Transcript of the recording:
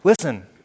listen